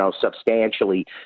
substantially